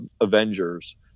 Avengers